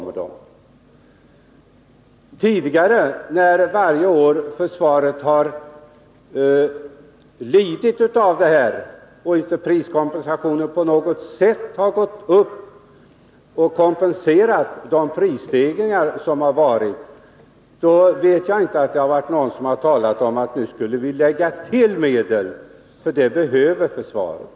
Varje tidigare år, när försvaret har lidit av det här systemet och priskompensationen inte alls kompenserat försvaret för prisstegringarna, har jag inte hört att någon talat om att vi bör lägga till medel, därför att försvaret behöver det.